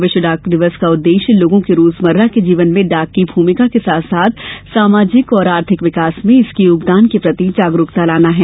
विश्व डाक दिवस का उद्देश्य लोगों के रोजमर्रा के जीवन में डाक की भूमिका के साथ साथ सामाजिक और आर्थिक विकास में इसके योगदान के प्रति जागरूकता लाना है